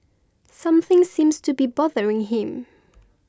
something seems to be bothering him